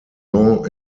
jean